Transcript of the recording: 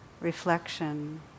reflection